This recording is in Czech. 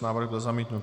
Návrh byl zamítnut.